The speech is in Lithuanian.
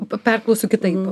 perklausiu kitaip